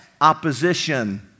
opposition